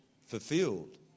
fulfilled